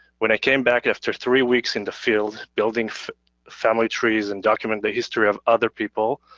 when i came back after three weeks in the field building family trees and documenting the history of other people,